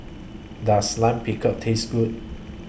Does Lime Pickle Taste Good